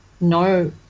no